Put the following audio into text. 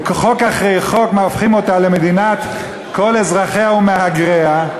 ובחוק אחרי חוק הופכים אותה למדינת כל אזרחיה ומהגריה,